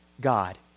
God